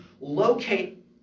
locate